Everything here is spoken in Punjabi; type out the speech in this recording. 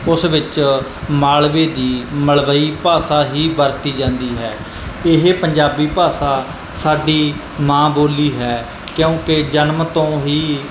ਉਸ ਵਿੱਚ ਮਾਲਵੇ ਦੀ ਮਲਵਈ ਭਾਸ਼ਾ ਹੀ ਵਰਤੀ ਜਾਂਦੀ ਹੈ ਇਹ ਪੰਜਾਬੀ ਭਾਸ਼ਾ ਸਾਡੀ ਮਾਂ ਬੋਲੀ ਹੈ ਕਿਉਂਕਿ ਜਨਮ ਤੋਂ ਹੀ